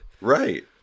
Right